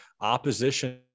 opposition